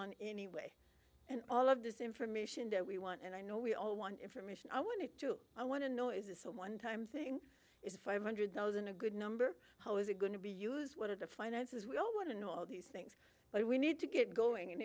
on any way and all of this information that we want and i know we all want information i want it to i want to know is this a one time thing is five hundred thousand a good number how is it going to be used what are the finances we all want to know all these things we need to get going and